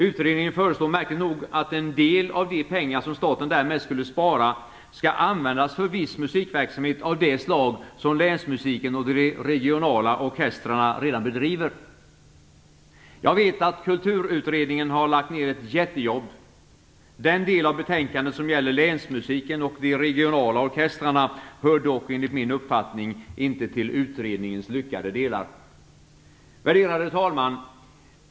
Utredningen föreslår märkligt nog att en del av de pengar som staten därmed skulle spara skall användas för viss musikverksamhet av det slag som länsmusiken och de regionala orkestrarna redan bedriver. Jag vet att Kulturutredningen har lagt ner ett jättejobb. Den del av betänkandet som gäller länsmusiken och de regionala orkestrarna hör dock enligt min uppfattning inte till utredningens lyckade delar. Värderade talman!